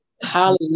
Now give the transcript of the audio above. Hallelujah